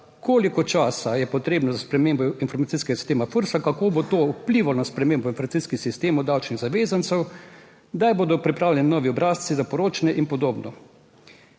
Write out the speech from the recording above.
koliko časa je potrebno za spremembo informacijskega sistema FURS, kako bo to vplivalo na spremembo informacijskih sistemov davčnih zavezancev, kdaj bodo pripravljeni novi obrazci za poročanje in podobno.